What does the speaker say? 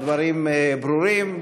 הדברים ברורים,